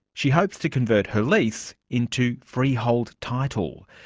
she hopes to convert her lease into freehold title.